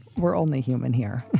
we're only human here.